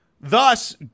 Thus